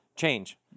change